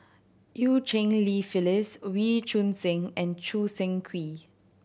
Eu Cheng Li Phyllis Wee Choon Seng and Choo Seng Quee